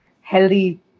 healthy